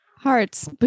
Hearts